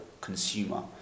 consumer